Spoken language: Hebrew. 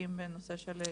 שעוסקים בנושא של קטינים.